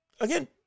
again